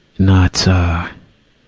not, ah,